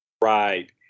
Right